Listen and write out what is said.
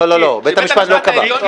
לא, בית המשפט לא קבע.